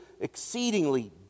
exceedingly